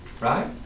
right